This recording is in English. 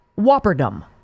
whopperdom